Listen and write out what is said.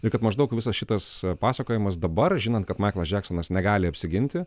ir kad maždaug visas šitas pasakojimas dabar žinant kad maiklas džeksonas negali apsiginti